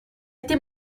été